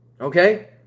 Okay